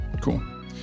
cool